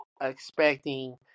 expecting